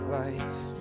life